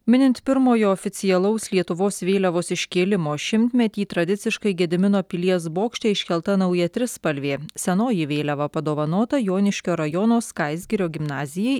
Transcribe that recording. minint pirmojo oficialaus lietuvos vėliavos iškėlimo šimtmetį tradiciškai gedimino pilies bokšte iškelta nauja trispalvė senoji vėliava padovanota joniškio rajono skaistgirio gimnazijai